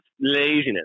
laziness